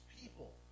people